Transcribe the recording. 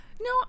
No